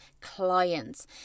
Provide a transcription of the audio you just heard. clients